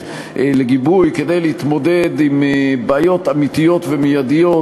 לגיבוי כדי להתמודד עם בעיות אמיתיות ומיידיות,